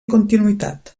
continuïtat